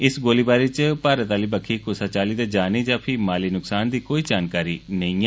इस गोलीबारी च भारत आली बक्खी कुसै चाल्ली दे जानी यां फ्ही माली नुक्सान दी कोई खबर नेईं ऐ